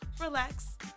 relax